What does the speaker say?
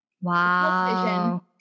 Wow